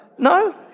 No